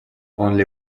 only